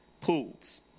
pools